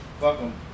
Welcome